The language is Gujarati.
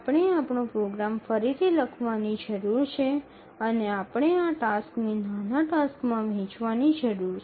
આપણે આપણો પ્રોગ્રામ ફરીથી લખવાની જરૂર છે અને આપણે આ ટાસ્કને નાના ટાસક્સમાં વહેંચવાની જરૂર છે